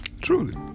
Truly